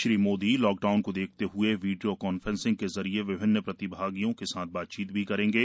Shri Modi lockdown को देखते हए वीडियो कान्फ्रेसिंग के जरिए विभिन्न प्रतिभागियों के साथ बातचीत भी करेंगे